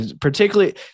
particularly